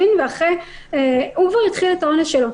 הוא כבר התחיל את העונש שלו.